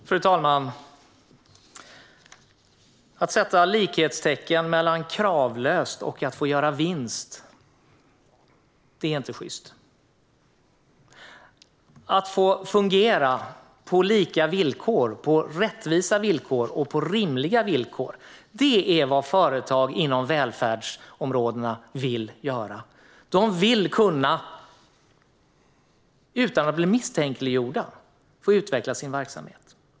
Fru talman! Att sätta likhetstecken mellan kravlöshet och att få göra vinst är inte sjyst. Att få fungera på lika villkor, på rättvisa villkor och på rimliga villkor är vad företag inom välfärdsområdena vill. De vill kunna utveckla sin verksamhet utan att bli misstänkliggjorda.